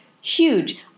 huge